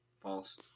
False